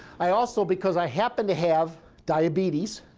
i also because i happen to have diabetes.